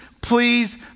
please